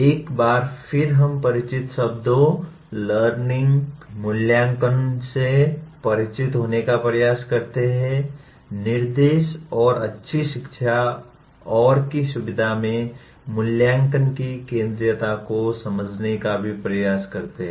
एक बार फिर हम परिचित शब्दों लर्निंग मूल्यांकन और निर्देश से परिचित होने का प्रयास करते हैं और अच्छी शिक्षा की सुविधा में मूल्यांकन की केंद्रीयता को समझने का भी प्रयास करते हैं